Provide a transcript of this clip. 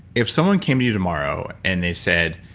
if someone came to you tomorrow, and they said,